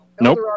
Nope